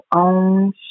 own